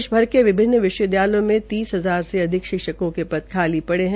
देश भर के विभिन्न विश्वविद्यालयों में तीस हजार से अधिक शिक्षकों के पद खाली पड़े है